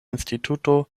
instituto